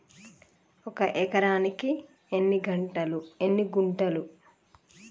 ఒక ఎకరానికి ఎన్ని గుంటలు?